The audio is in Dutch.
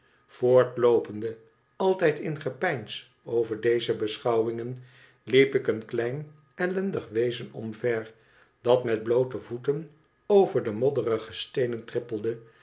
voortlooponde altijd in gepeins over deze beschouwingen liep ik een klein ellendig wezen omver dat met bloote voeten over de modderige steenen trippelde